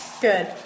Good